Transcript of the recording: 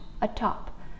atop